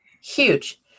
huge